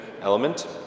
element